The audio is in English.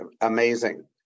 Amazing